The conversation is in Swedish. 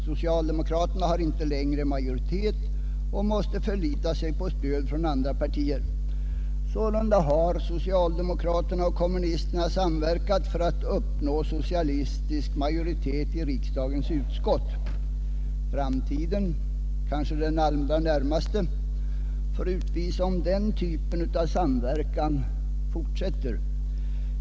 Socialdemokraterna har inte längre majoritet och måste förlita sig på stöd från andra partier. Sålunda har socialdemokraterna och kommunisterna samverkat för att uppnå socialistisk majoritet i riksdagens utskott. Framtiden — kanske den allra närmaste — får utvisa om denna typ av samverkan kommer att fortsätta.